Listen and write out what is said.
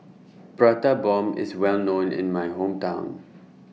Prata Bomb IS Well known in My Hometown